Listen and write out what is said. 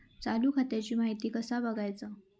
चालू खात्याची माहिती कसा बगायचा?